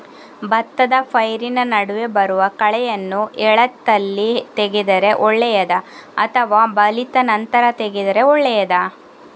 ಭತ್ತದ ಪೈರಿನ ನಡುವೆ ಬರುವ ಕಳೆಯನ್ನು ಎಳತ್ತಲ್ಲಿ ತೆಗೆದರೆ ಒಳ್ಳೆಯದಾ ಅಥವಾ ಬಲಿತ ನಂತರ ತೆಗೆದರೆ ಒಳ್ಳೆಯದಾ?